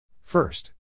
First